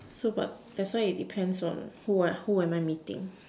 so but that's why it depends on who are who am I meeting